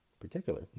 particular